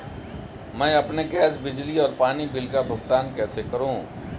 मैं अपने गैस, बिजली और पानी बिल का भुगतान कैसे करूँ?